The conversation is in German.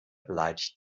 beleidigt